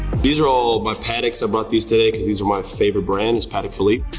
these are all my pateks. i brought these today cause these are my favorite brands, patek philippe.